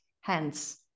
Hence